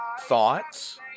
Thoughts